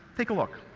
take a look.